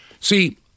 See